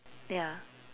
ya